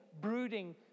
brooding